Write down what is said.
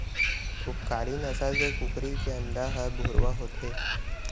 उपकारी नसल के कुकरी के अंडा हर भुरवा होथे